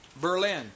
Berlin